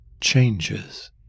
changes